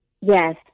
yes